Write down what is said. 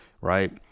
right